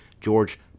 George